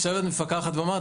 יושבת מפקחת ואומרת,